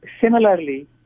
Similarly